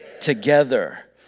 Together